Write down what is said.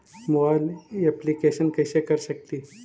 Mobile application कैसे कर सकेली?